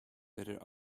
better